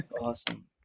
Awesome